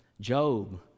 Job